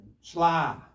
Sly